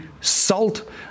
salt